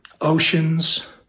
oceans